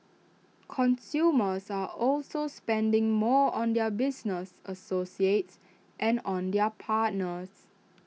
consumers are also spending more on their business associates and on their partners